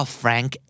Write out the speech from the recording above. frank